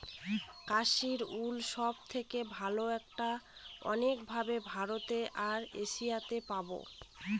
Kashmiri wool সব থেকে ভালো এটা অনেক ভাবে ভারতে আর এশিয়াতে পাবো